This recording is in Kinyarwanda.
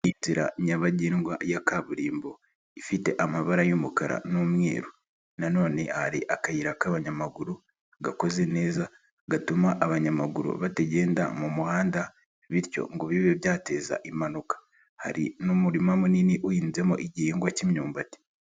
Inzira nyabagendwa ya kaburimbo ifite amabara y'umukara n'umweru, nanone hari akayira k'abanyamaguru gakoze neza gatuma abanyamaguru batagenda mu muhanda bityo ngo bibe byateza impanuka, hari n'umurima munini uhinzemo igihingwa k'imyumbati.